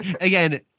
Again